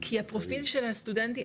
כי הפרופיל של הסטודנטים,